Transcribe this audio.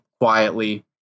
quietly